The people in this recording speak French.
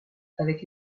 avec